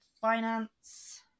finance